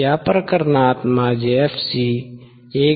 या प्रकरणात माझे fc 1